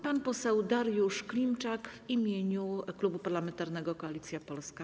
Pan poseł Dariusz Klimczak w imieniu Klubu Parlamentarnego Koalicja Polska.